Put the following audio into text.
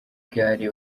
gare